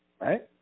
right